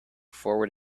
forward